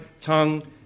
tongue